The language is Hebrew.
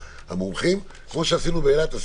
כמו שעשינו באילת.